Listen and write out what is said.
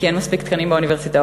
כי אין מספיק תקנים באוניברסיטאות,